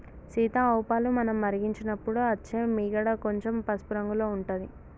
సీత ఆవు పాలు మనం మరిగించినపుడు అచ్చే మీగడ కొంచెం పసుపు రంగుల ఉంటది